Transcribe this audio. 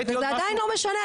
וזה עדיין לא משנה,